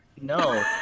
no